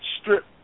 strip